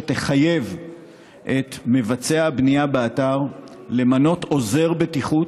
שתחייב את מבצע הבנייה באתר למנות עוזר בטיחות,